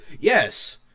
Yes